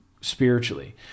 spiritually